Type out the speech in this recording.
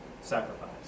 sacrifice